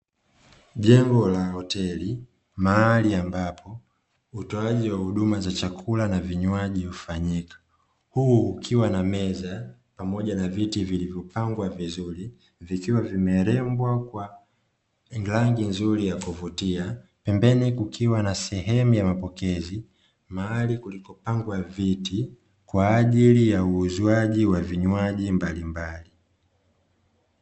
Jengo la hoteli mahali ambapo hutoaji wa huduma za chakula na vinywaji hufanyika, huu kukiwa na meza pamoja na viti vilivyopangwa vizuri vikiwa vimerembwa kwa rangi nzuri ya kuvutia, pembeni kukiwa na sehemu ya mapokezi mahali kulikopangwa viti kwa ajili ya uuzwaji wa vinywaji mbalimbali.